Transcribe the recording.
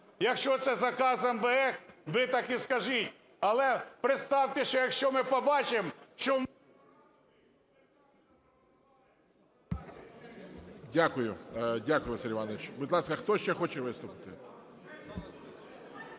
Якщо це заказ МВФ, ви так і скажіть. Але представте, що якщо ми побачимо, що … ГОЛОВУЮЧИЙ. Дякую. Дякую, Василь Іванович. Хто ще хоче виступити?